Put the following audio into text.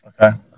Okay